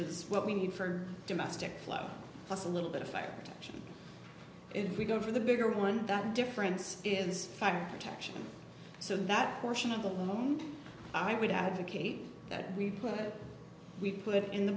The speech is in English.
is what we need for domestic flow plus a little bit of fire protection if we go for the bigger one that difference is five protection so that portion of the room i would advocate that we put we put in the